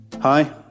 Hi